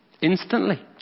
Instantly